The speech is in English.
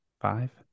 Five